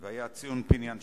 והיה ציון פיניאן,